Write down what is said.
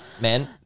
Man